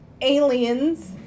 aliens